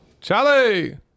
Charlie